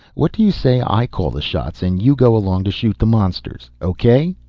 what do you say i call the shots and you go along to shoot the monsters? o k?